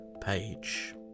page